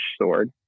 sword